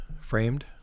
framed